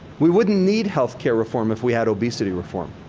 we wouldn't need health care reform if we had obesity reform.